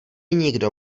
nikdo